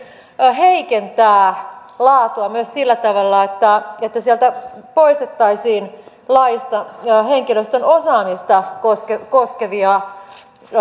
heikentää laatua myös sillä tavalla että poistettaisiin laista henkilöstön osaamista koskevia koskevia